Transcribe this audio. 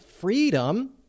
freedom